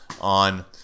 on